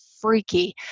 freaky